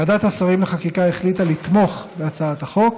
ועדת השרים לחקיקה החליטה לתמוך בהצעת החוק,